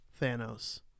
Thanos